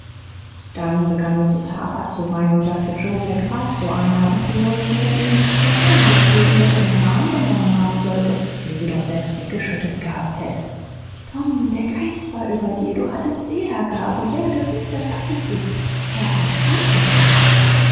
dann begann mrs harper zu weinen und sagte joe wär grad so einer und sie wollte sie hätt ihn nicht gehaun deswegen daß er den rahm genommen haben sollte den sie doch selbst weggeschüttet gehabt hätt tom der geist war über dir du hattst sehergabe ja gewiß das hattst du herrgott weiter tom